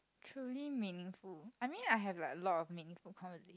truly meaningful I mean I have like a lot of meaningful conversations